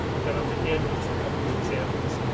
and then i'm going to end with a couple of examples.